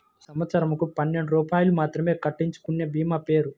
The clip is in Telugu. సంవత్సరంకు పన్నెండు రూపాయలు మాత్రమే కట్టించుకొనే భీమా పేరు?